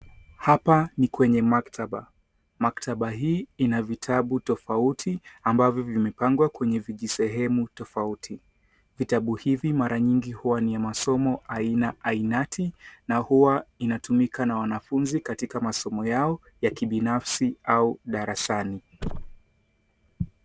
Hapa ni kwenye maktaba. Maktaba hii ina vitabu tofauti ambavyo vimepangwa kwenye vijisehemu tofauti. Vitabu hivi mara nyingi huwa ni ya masomo aina ainati na huwa inatumika na wanafunzi katika masomo yao ya kibinafsi au darasani.